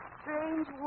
strange